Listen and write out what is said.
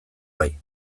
bai